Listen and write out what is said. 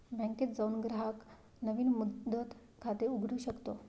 बँकेत जाऊन ग्राहक नवीन मुदत खाते उघडू शकतो